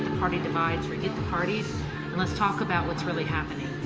party divides, forget the parties, and let's talk about what's really happening.